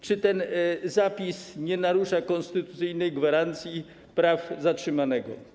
Czy ten zapis nie narusza konstytucyjnej gwarancji praw zatrzymanego?